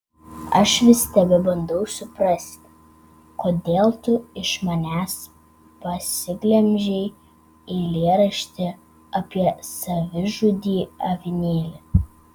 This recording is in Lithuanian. aš vis tebebandau suprasti kodėl tu iš manęs pasiglemžei eilėraštį apie savižudį avinėlį